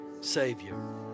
Savior